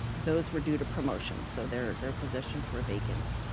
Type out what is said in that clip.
those were due to promotions, so their their positions were vacant,